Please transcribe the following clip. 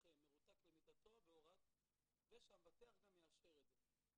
מומחה מרותק למיטתו ושהמבטח גם יאשר את זה.